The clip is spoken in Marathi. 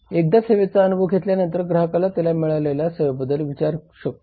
एकदा सेवेचा अनुभव घेतल्यानंतर ग्राहक त्याला मिळालेल्या सेवेबद्दल विचार करू शकतो